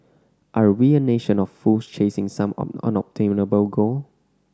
are we a nation of fools chasing some unobtainable goal